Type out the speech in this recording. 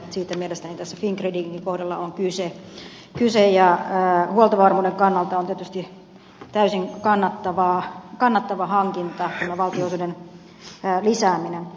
siitä mielestäni tässä fingridinkin kohdalla on kyse ja huoltovarmuuden kannalta on tietysti täysin kannattava hankinta tämä valtionosuuden lisääminen